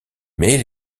mais